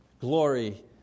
glory